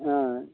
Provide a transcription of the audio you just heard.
ஆ